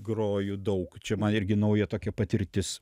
groju daug čia man irgi nauja tokia patirtis